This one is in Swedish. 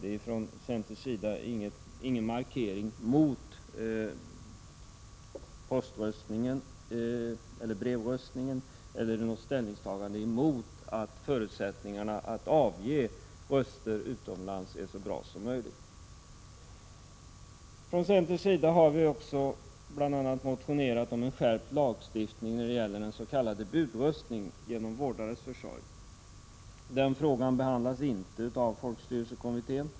Centerns ställningstagande innebär inte någon markering mot att brevröstning införs eller att bästa möjliga förutsättningar för att avge röster utomlands skapas. Centern har bl.a. motionerat om en skärpt lagstiftning för den s.k. budröstningen genom vårdares försorg. Denna fråga behandlas inte av folkstyrelsekommittén.